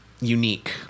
unique